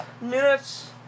minutes